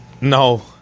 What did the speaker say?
No